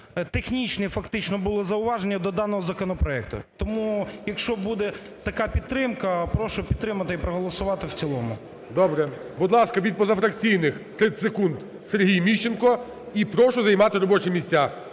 технічні фактично були зауваження до даного законопроекту. Тому, якщо буде така підтримка, прошу підтримати і проголосувати в цілому. ГОЛОВУЮЧИЙ. Добре. Будь ласка, від позафракційних 30 секунд, Сергій Міщенко. І прошу займати робочі місця,